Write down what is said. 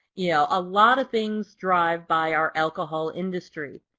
yeah a lot of things drive by our alcohol industry.